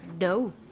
No